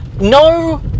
no